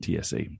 TSA